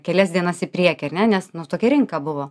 kelias dienas į priekį ar ne nes na tokia rinka buvo